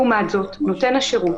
לעומת זאת, נותן השירות